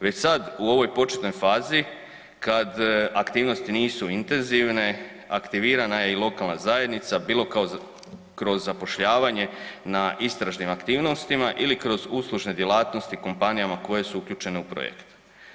Već sad u ovoj početnoj fazi, kad aktivnosti nisu intenzivne, aktivirana je i lokalna zajednica, bilo kroz zapošljavanje na istražnim aktivnostima ili kroz uslužne djelatnosti kompanijama koje su uključene u projekt.